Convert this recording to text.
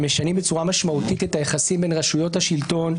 שמשנים בצורה משמעותית את היחסים בין רשויות השלטון,